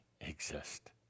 exist